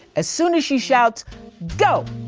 as soon as she shouts go!